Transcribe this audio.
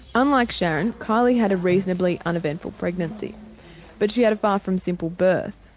unlike sharon, kylie had a reasonably uneventful pregnancy but she had a far from simple birth.